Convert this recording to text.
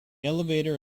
elevator